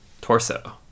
Torso